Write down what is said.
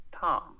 Tom